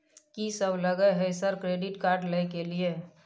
कि सब लगय हय सर क्रेडिट कार्ड लय के लिए?